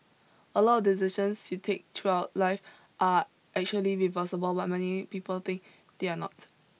a lot of decisions you take throughout life are actually reversible but many people think they're not